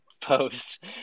post